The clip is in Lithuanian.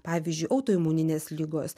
pavyzdžiui autoimuninės ligos